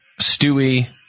Stewie